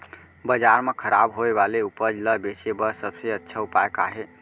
बाजार मा खराब होय वाले उपज ला बेचे बर सबसे अच्छा उपाय का हे?